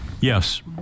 Yes